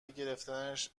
گرفتنش